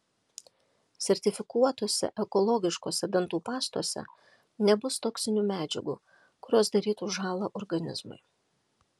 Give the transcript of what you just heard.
sertifikuotose ekologiškose dantų pastose nebus toksinių medžiagų kurios darytų žąlą organizmui